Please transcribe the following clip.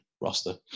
roster